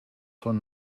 von